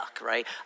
right